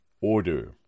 order